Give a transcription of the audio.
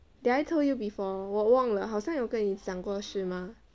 did I told you before 我忘了好像有跟你讲过是吗